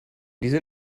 diese